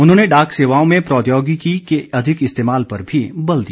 उन्होंने डाक सेवाओं में प्रौद्योगिकी के अधिक इस्तेमाल पर भी बल दिया